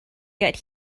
get